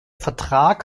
vertrag